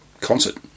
concert